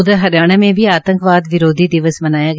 उधर हरियाणा में भी आंतकवाद विरोधी दिवस मनाया गया